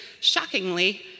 shockingly